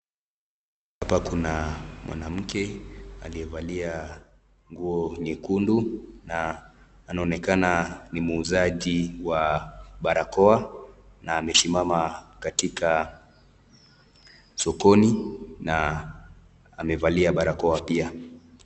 Hapa kuna mwanamke aliyevalia nguo nyekundu na anaonekana ni muuzaji, wa barakoa na amesimama katika sokoni na amevalia barokoa pia.